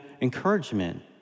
encouragement